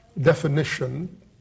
definition